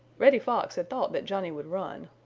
reddy fox had thought that johnny would run,